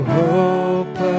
hope